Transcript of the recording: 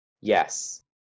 Yes